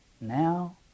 now